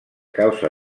causa